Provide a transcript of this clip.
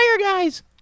guys